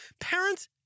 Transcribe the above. Parents